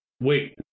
Wait